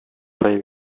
payı